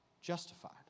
justified